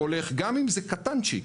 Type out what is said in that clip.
גם אם זה קטנצ'יק,